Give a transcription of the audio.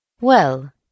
Well